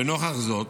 לנוכח זאת,